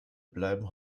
bleiben